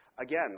Again